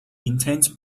intense